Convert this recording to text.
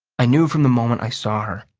i knew from the moment i saw her,